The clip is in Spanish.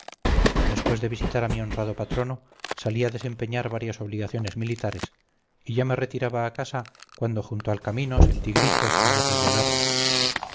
después de visitar a mi honrado patrono salí a desempeñar varias obligaciones militares y ya me retiraba a casa cuando junto al camino sentí gritos y voces de alarma